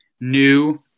new